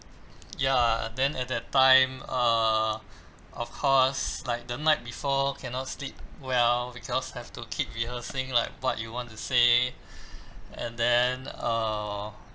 ya then at that time err of course like the night before cannot sleep well because have to keep rehearsing like what you want to say and then err